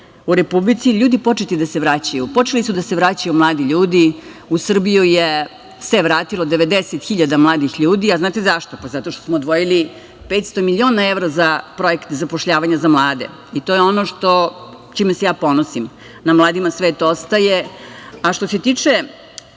u Republici, ljudi početi da se vraćaju. Počeli su da se vraćaju mladi ljudi. U Srbiju se vratilo 90 hiljada mladih ljudi, a da li znate zašto? Pa, zato što smo odvojili 500 miliona evra za projekat zapošljavanja za mlade i to je ono sa čime se ja ponosim. Na mladima svet ostaje. Što se tiče